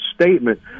Statement